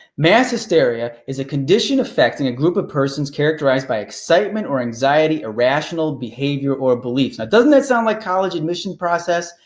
mass hysteria is a condition affecting a group of persons, characterized by excitement or anxiety, irrational behaviors or beliefs. now, doesn't that sound like college admission process?